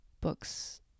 books